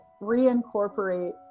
reincorporate